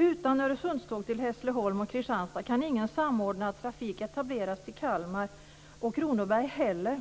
Utan Öresundståg till Hässleholm och Kalmar och Kronoberg.